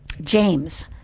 James